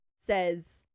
Says